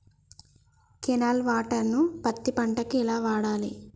Canal water ను పత్తి పంట కి ఎలా వాడాలి?